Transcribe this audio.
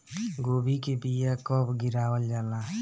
गोभी के बीया कब गिरावल जाला?